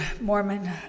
Mormon